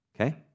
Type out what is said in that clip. okay